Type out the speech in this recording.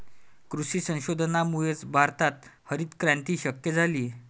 कृषी संशोधनामुळेच भारतात हरितक्रांती शक्य झाली